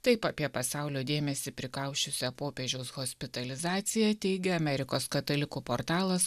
taip apie pasaulio dėmesį prikausčiusią popiežiaus hospitalizaciją teigia amerikos katalikų portalas